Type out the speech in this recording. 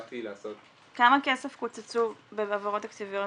כמה כסף קוצצו בהעברות תקציביות